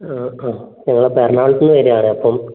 ആ ആ ഞങ്ങൾ അപ്പം എറണാകുളത്തുനിന്ന് വരുവാണ് അപ്പം